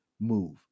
move